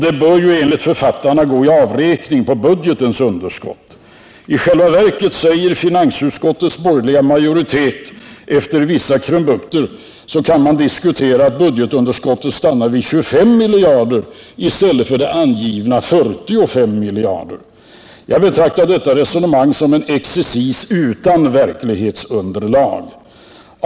Detta bör ju enligt författarna gå i avräkning på budgetens underskott. I själva verket kan budgetunderskottet, säger finansutskottets borgerliga majoritet med vissa krumbukter, stanna vid 25 miljarder i stället för som angivits 45 miljarder. Jag betraktar detta resonemang som en exercis utan verklighetsunderlag.